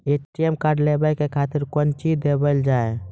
ATM card लेवे के खातिर कौंची देवल जाए?